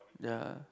ya